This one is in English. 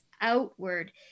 outward